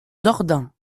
dordain